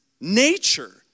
nature